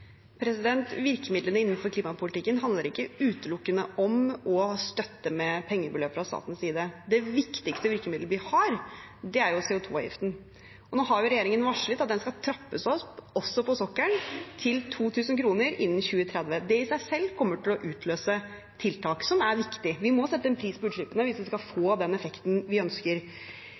Virkemidlene innenfor klimapolitikken handler ikke utelukkende om å støtte med pengebeløp fra statens side. Det viktigste virkemidlet vi har, er CO 2 -avgiften. Nå har regjeringen varslet at den skal trappes opp også på sokkelen, til 2 000 kr innen 2030. Det i seg selv kommer til å utløse tiltak som er viktige. Vi må sette en pris på utslippene hvis vi skal få den effekten vi ønsker.